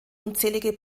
unzählige